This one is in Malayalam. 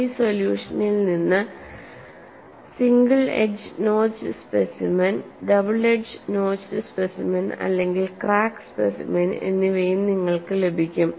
ഈ സൊല്യൂഷനിൽ നിന്ന് single edge notched specimen double edge notched specimen അല്ലെങ്കിൽ ക്രാക്ക് സ്പെസിമെൻ എന്നിവയും നിങ്ങൾക്ക് ലഭിക്കും